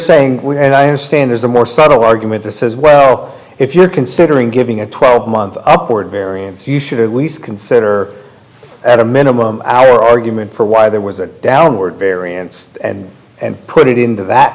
saying and i understand there's a more subtle argument that says well if you're considering giving a twelve month upward variance you should at least consider at a minimum our argument for why there was a downward variance and put it in that